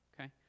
okay